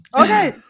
Okay